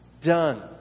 done